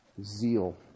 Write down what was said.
Zeal